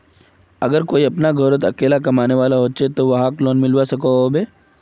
अगर कोई अपना घोरोत अकेला कमाने वाला होचे ते वाहक लोन मिलवा सकोहो होबे?